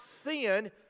sin